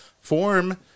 form